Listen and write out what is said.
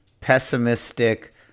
pessimistic